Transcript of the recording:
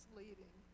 leading